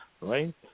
Right